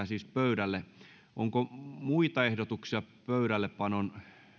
siis pöydälle onko muita ehdotuksia pöydällepanon